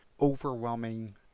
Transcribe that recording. overwhelming